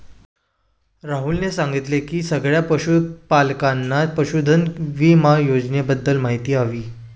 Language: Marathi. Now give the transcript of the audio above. राहुलने सांगितले की सगळ्या पशूपालकांना पशुधन विमा योजनेबद्दल माहिती हवी